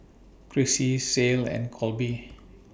Crissy Ceil and Kolby